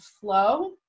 flow